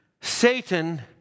Satan